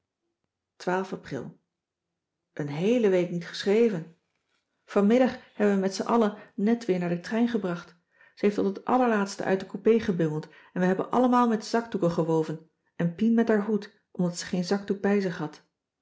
april een heele week niet geschreven vanmiddag hebben cissy van marxveldt de h b s tijd van joop ter heul we met z'n allen net weer naar den trein gebracht ze heeft tot het allerlaatste uit de coupé gebungeld en wij hebben allemaal met zakdoeken gewoven en pien met haar hoed omdat ze geen zakdoek bij zich had